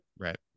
Right